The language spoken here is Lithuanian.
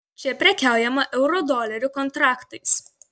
čia prekiaujama eurodolerių kontraktais